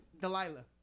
Delilah